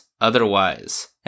otherwise